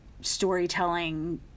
storytelling